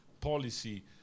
policy